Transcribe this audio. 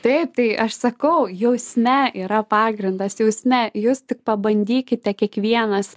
taip tai aš sakau jausme yra pagrindas jausme jūs tik pabandykite kiekvienas